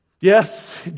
Yes